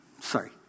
Sorry